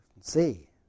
See